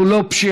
זו לא פשיעה,